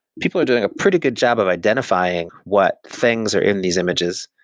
people are doing a pretty good job of identifying what things are in these images.